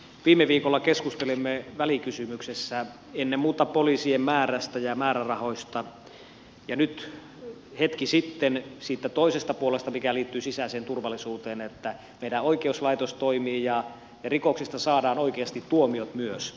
viime viikolla keskustelimme välikysymyksessä ennen muuta poliisien määrästä ja määrärahoista ja nyt hetki sitten siitä toisesta puolesta joka liittyy sisäiseen turvallisuuteen että meidän oikeuslaitoksemme toimii ja rikoksista saadaan oikeasti tuomiot myös